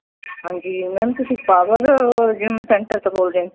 ਹਾਂਜੀ ਮੈਮ ਤੁਸੀਂ power gym centre ਤੋਂ ਬੋਲਦੇ